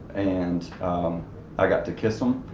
and i got to kiss em.